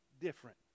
different